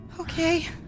Okay